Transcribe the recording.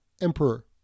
emperor